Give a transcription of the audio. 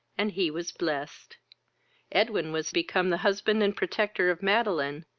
and he was blest edwin was become the husband and protector of madeline,